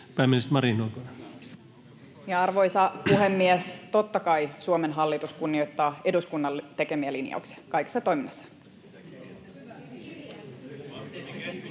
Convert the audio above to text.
Content: Arvoisa puhemies! Totta kai Suomen hallitus kunnioittaa eduskunnan tekemiä linjauksia kaikessa toiminnassaan.